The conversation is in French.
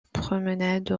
promenade